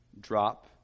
drop